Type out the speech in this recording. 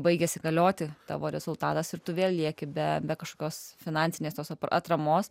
baigiasi galioti tavo rezultatas ir tu vėl lieki be kažkokios finansinės tos atramos